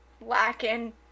lacking